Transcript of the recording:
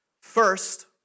First